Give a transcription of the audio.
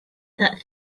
that